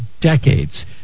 decades